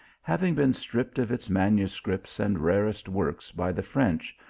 having been stripped of its manuscripts and rarest works by the french,